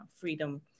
freedom